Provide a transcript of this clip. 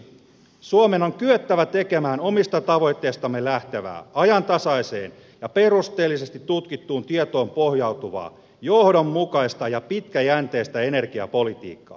suomen on kyettävä tekemään omista tavoitteistamme lähtevää ajantasaiseen ja perusteellisesti tutkittuun tietoon pohjautuvaa johdonmukaista ja pitkäjänteistä energiapolitiikkaa